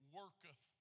worketh